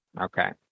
Okay